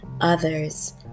others